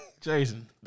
Jason